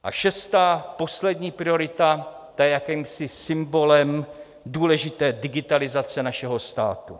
A šestá, poslední priorita, ta je jakýmsi symbolem důležité digitalizace našeho státu.